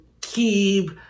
keep